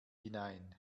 hinein